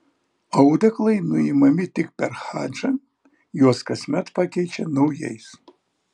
audeklai nuimami tik per hadžą juos kasmet pakeičia naujais